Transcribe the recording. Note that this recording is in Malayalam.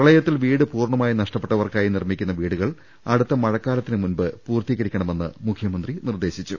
പ്രളയത്തിൽ വീട് പൂർണ്ണമായി നഷ്ടപ്പെട്ടവർക്കായി നിർമ്മിക്കുന്ന വീടു കൾ അടുത്ത മഴക്കാലത്തിന് മുമ്പ് പൂർത്തീകരിക്കണമെന്ന് മുഖ്യമന്ത്രി നിർദ്ദേ ശിച്ചു